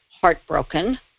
heartbroken